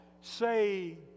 say